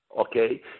okay